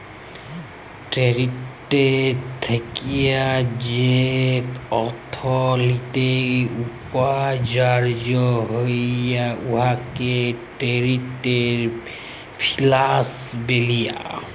trade থ্যাইকে যে অথ্থলিতি উপার্জল হ্যয় উয়াকে টেরেড ফিল্যাল্স ব্যলে